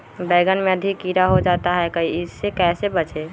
बैंगन में अधिक कीड़ा हो जाता हैं इससे कैसे बचे?